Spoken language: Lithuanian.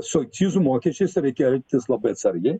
su akcizų mokesčiais reikia elgtis labai atsargiai